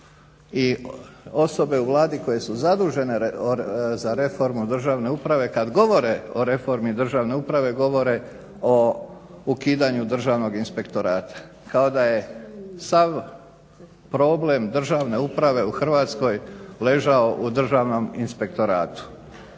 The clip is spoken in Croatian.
I osobe u Vladi koje su zadužene za reformu državne uprave kad govore o reformi državne uprave govore o ukidanju Državnog inspektorata kao da je sav problem državne uprave u Hrvatskoj ležao u Državnom inspektoratu.